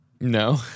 No